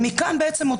מכאן בעצם,